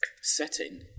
Setting